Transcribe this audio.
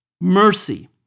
mercy